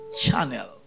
channel